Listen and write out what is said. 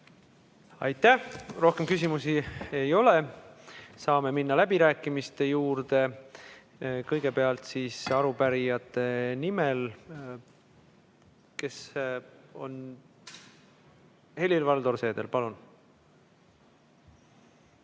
Aitäh! Rohkem küsimusi ei ole. Saame minna läbirääkimiste juurde. Kõigepealt arupärijate nimel Helir-Valdor Seeder, palun!